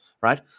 right